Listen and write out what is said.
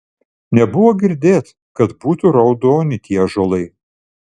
nebuvo girdėt kad būtų raudoni tie ąžuolai